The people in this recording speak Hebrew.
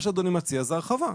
מה שאדוני מציע, זאת הרחבה.